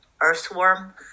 earthworm